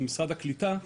ממשרד הקליטה,